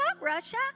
Russia